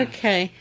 Okay